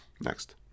Next